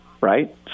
Right